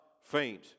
faint